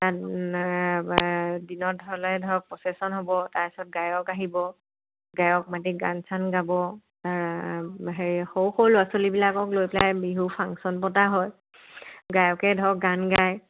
তাত দিনত হ'লে ধৰক প্ৰচেছন হ'ব তাৰ পাছত গায়ক আহিব গায়ক মাতি গান চান গাব সৰু সৰু ল'ৰা ছোৱালীবিলাকক লৈ পেলাই বিহু ফাংচন পতা হয় গায়কে ধৰক গান গায়